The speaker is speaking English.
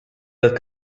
that